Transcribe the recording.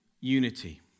unity